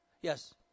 Yes